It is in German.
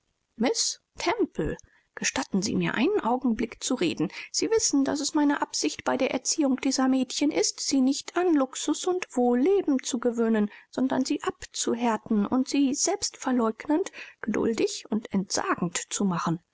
gestatten sie mir einen augenblick zu reden sie wissen daß es meine absicht bei der erziehung dieser mädchen ist sie nicht an luxus und wohlleben zu gewöhnen sondern sie abzuhärten und sie